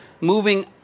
moving